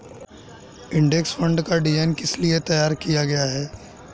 Index fund का design किस लिए किया गया है?